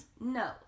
No